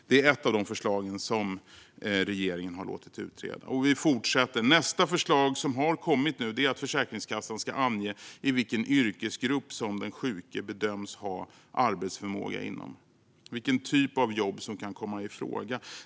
Det är ett av de förslag som regeringen har låtit utreda. Och vi fortsätter. Nästa förslag som har kommit är att Försäkringskassan ska ange inom vilken yrkesgrupp som den sjuke bedöms ha arbetsförmåga, alltså vilken typ av jobb som kan komma i fråga.